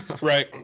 right